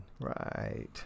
Right